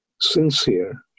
sincere